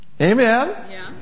Amen